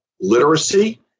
literacy